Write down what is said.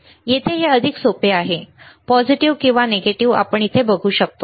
तर येथे हे अधिक सोपे आहे सकारात्मक प्लस किंवा नकारात्मक येथे वजा दिसतो